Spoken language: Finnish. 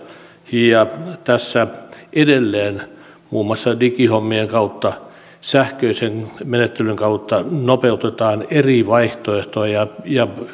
ja tässä edelleen muun muassa digihommien kautta sähköisen menettelyn kautta nopeutetaan eri vaihtoehtoja ja